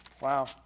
Wow